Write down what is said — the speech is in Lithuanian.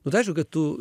nu tai aišku kad tu